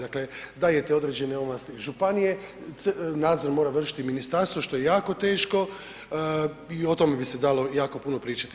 Dakle, daje ti određene ovlasti županije, nadzor mora vršiti ministarstvo, što je jako teško i o tome bi se dalo jako puno pričati.